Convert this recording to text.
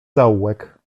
zaułek